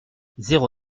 zéro